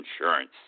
insurance